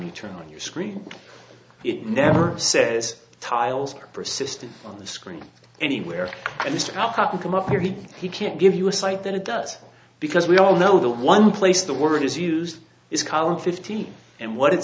you turn on your screen it never says tiles are persistent on the screen anywhere and it's to help you come up here he he can't give you a cite that it does because we all know the one place the word is used is column fifteen and what it